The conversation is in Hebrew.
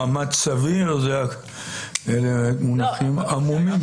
"מאמץ סביר" זה מונח עמום.